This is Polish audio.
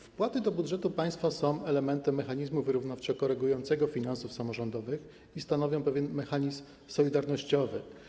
Wpłaty do budżetu państwa są elementem mechanizmu wyrównawczego regulującego finanse samorządowe i stanowią one pewien mechanizm solidarnościowy.